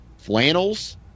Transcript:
flannels